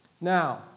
Now